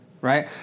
right